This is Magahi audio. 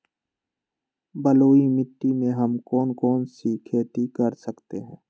बलुई मिट्टी में हम कौन कौन सी खेती कर सकते हैँ?